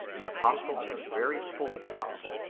the apostle has very fully taught,